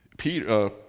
Peter